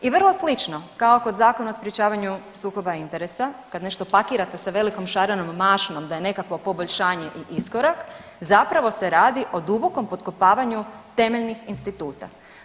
I vrlo slično kao kod Zakona o sprječavanju sukoba interesa kad nešto pakirate sa velikom šarenom mašnom da je nekakvo poboljšanje i iskorak zapravo se radi o dubokom potkopavanju temeljnih instituta.